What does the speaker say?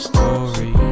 Story